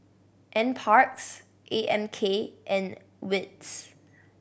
Nparks A M K and wits